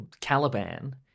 Caliban